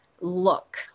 look